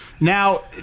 Now